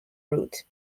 route